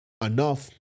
enough